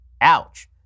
Ouch